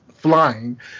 Flying